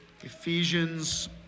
Ephesians